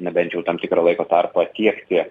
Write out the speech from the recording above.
na bent jau tam tikrą laiko tarpą tiekti